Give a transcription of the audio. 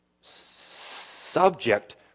subject